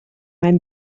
mijn